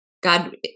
God